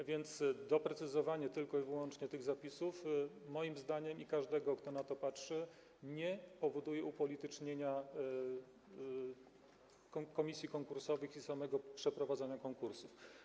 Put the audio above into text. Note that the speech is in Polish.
A więc doprecyzowanie tylko i wyłącznie tych zapisów, zdaniem moim i każdego, kto na to patrzy, nie powoduje upolitycznienia komisji konkursowych i samego przeprowadzania konkursów.